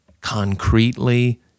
concretely